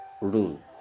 rule